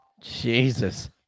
Jesus